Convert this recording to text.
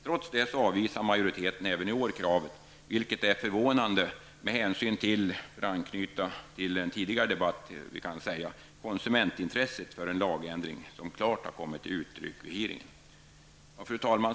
Trots detta avvisar majoriteten även i år kravet, vilket är förvånande, med hänsyn till -- för att knyta an till den tidigare debatten -- det konsumentintresse för en lagändring som klart kommit till uttryck vid hearingen. Fru talman!